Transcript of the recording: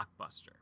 Blockbuster